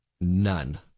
none